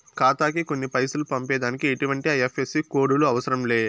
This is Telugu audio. ఖాతాకి కొన్ని పైసలు పంపేదానికి ఎసుమంటి ఐ.ఎఫ్.ఎస్.సి కోడులు అవసరం లే